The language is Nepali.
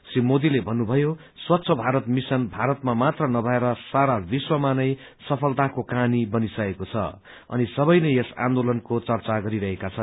श्री मोदीले भत्रुभयो स्वच्छ भारत मिशन भारतमा मात्र नभएर सारा विश्वमा नै सफलताको कहानी बनिसकेको छ अनि सबैले यस आन्दोलनको चर्चा गरिरहेका छन्